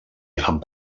amb